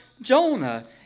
Jonah